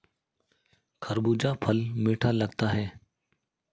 खरबूजा फल मीठा लगता है